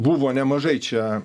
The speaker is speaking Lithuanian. buvo nemažai čia